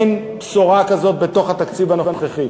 אין בשורה כזאת בתוך התקציב הנוכחי.